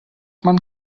man